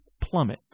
plummet